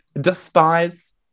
Despise